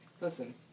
Listen